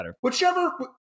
whichever –